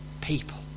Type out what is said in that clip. people